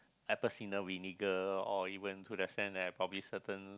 apple cider vinegar or even to the sense that I probably certain